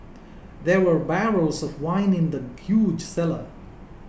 there were barrels of wine in the huge cellar